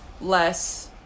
less